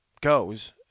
goes